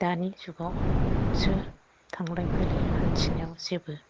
दानि जुगावसो थांलाय फैलाय हान्थिनायाव जेबो